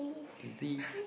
is it